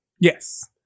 Yes